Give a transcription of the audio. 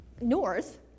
north